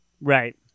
Right